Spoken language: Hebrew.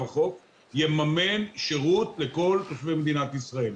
החוף יממן שירות לכל תושבי מדינת ישראל.